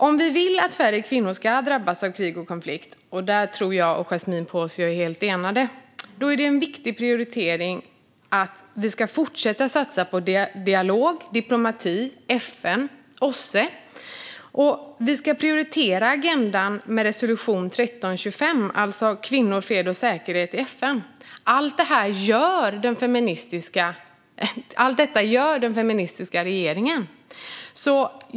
Om vi vill att färre kvinnor ska drabbas av krig och konflikt - och där tror jag att jag och Yasmine Posio är helt enade - är det en viktig prioritering att fortsätta satsa på dialog, diplomati, FN och OSSE. Vi ska prioritera agendan med resolution 1325, alltså kvinnor, fred och säkerhet i FN. Allt detta gör den feministiska regeringen.